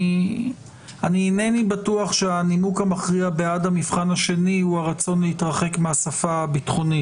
איני בטוח שהנימוק המכריע בעד המבחן השני הוא הרצון להתרחק מהשפה הביטחונית